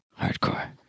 Hardcore